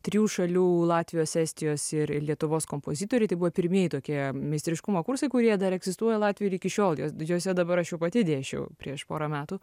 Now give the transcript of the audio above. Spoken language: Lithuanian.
trijų šalių latvijos estijos ir lietuvos kompozitoriai buvo pirmieji tokie meistriškumo kursai kurie dar egzistuoja latvijoj ir iki šiol jos juose dabar aš jau pati dėsčiau prieš porą metų